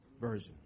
version